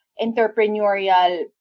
entrepreneurial